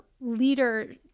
leader